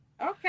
Okay